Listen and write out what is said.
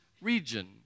region